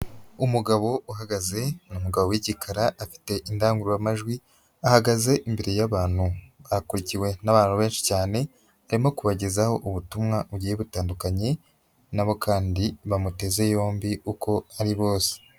Umugabo uhagaze, ni umugabo w'igikara afite indangururamajwi, ahagaze imbere y'abantu. Akurikiwe n'abantu benshi cyane, arimo kubagezaho ubutumwa bugiye butandukanye nabo kandi bamuteze yombi uko ari bose.